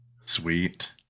Sweet